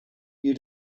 you